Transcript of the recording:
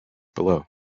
below